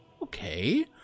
Okay